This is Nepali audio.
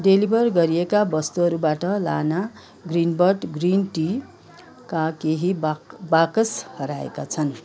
डेलिभर गरिएका वस्तुहरूबाट लाना ग्रिनबर्ड ग्रिन टीका केही बाक् बाकस हराएका छन्